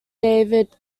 david